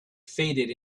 faded